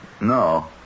No